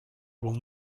will